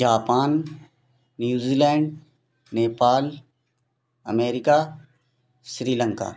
Japan New Zealand Nepal America Sri Lanka